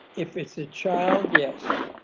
if it's a child, yes.